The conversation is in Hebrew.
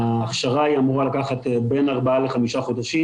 ההכשרה אמורה לקחת בין 4-5 חודשים.